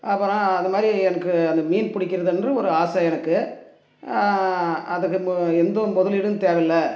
அப்புறம் அந்த மாதிரி எனக்கு அந்த மீன் பிடிக்கறதன்று ஒரு ஆசை எனக்கு அதுக்கு இப்போது எந்த ஒரு முதலீடும் தேவையில்ல